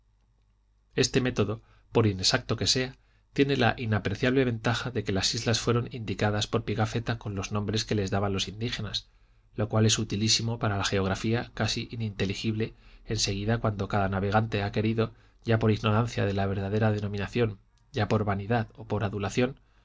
este método por inexacto que sea tiene la inapreciable ventaja de que las islas fueron indicadas por pigafetta con los nombres que les daban los indígenas lo cual es útilísimo para la geografía casi ininteligible en seguida cuando cada navegante ha querido ya por ignorancia de la verdadera denominación ya por vanidad o por adulación